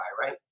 right